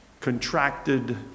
contracted